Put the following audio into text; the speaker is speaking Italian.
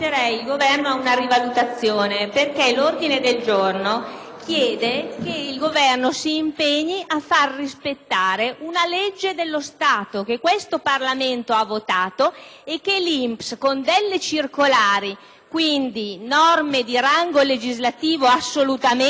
impegna il Governo a far rispettare una legge dello Stato, che questo Parlamento ha votato e che l'INPS invece, con delle circolari, quindi con norme di rango legislativo assolutamente inferiore, si ostina ad osteggiare e a